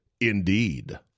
Indeed